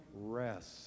rest